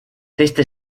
teiste